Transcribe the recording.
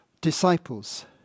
disciples